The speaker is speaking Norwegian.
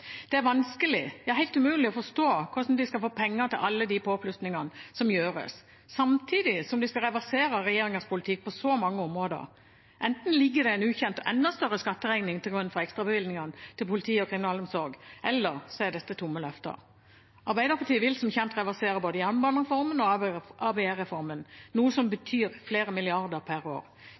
Det er vanskelig, ja helt umulig, å forstå hvordan de skal få penger til alle de påplussingene som gjøres, samtidig som de skal reversere regjeringens politikk på så mange områder. Enten ligger det en ukjent og enda større skatteregning til grunn for ekstrabevilgningene til politi og kriminalomsorg, eller så er dette tomme løfter. Arbeiderpartiet vil som kjent reversere både jernbanereformen og ABE-reformen, noe som betyr flere milliarder kroner per år.